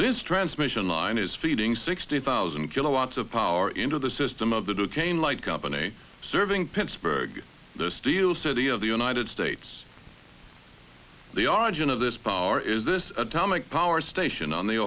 this transmission line is feeding sixty thousand kilowatts of power into the system of the duquesne light company serving pittsburgh the steel city of the united states the origin of this power is this atomic power station on the